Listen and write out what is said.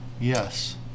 Yes